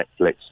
Netflix